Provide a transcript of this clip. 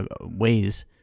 ways